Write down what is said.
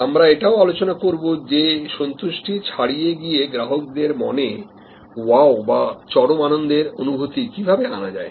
আমরা এটাও আলোচনা করব যে সন্তুষ্টি ছাড়িয়ে গিয়ে গ্রাহকদের মনে wow বা চরম আনন্দের অনুভূতি কিভাবে আনা যায়